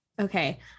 Okay